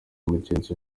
umugenzi